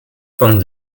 von